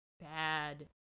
bad